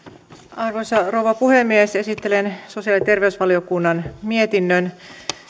arvoisa rouva puhemies esittelen sosiaali ja terveysvaliokunnan mietinnön